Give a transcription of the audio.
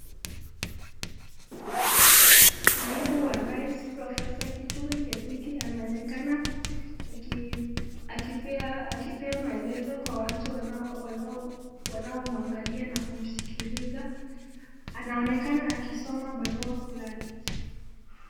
Naibu wa rais profesa Kithure Kindiki anaonekana akipea maelezo kwa watu wanaomwangalia na kumsikiliza, anaonekana akisoma barua fulani.